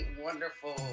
wonderful